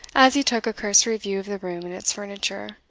as he took a cursory view of the room and its furniture,